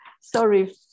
Sorry